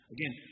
Again